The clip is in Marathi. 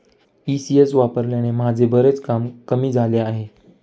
ई.सी.एस वापरल्याने माझे बरेच काम कमी झाले आहे